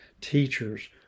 teachers